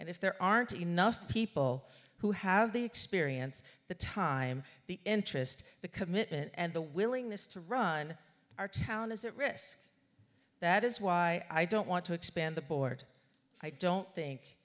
and if there aren't enough people who have the experience the time the interest the commitment and the willingness to run our town is at risk that is why i don't want to expand the board i don't think